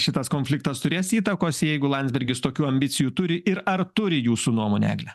šitas konfliktas turės įtakos jeigu landsbergis tokių ambicijų turi ir ar turi jūsų nuomone egle